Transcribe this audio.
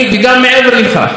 ואני אתחיל מהסוף: